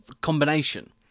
combination